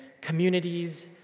communities